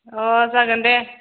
अ जागोन दे